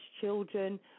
children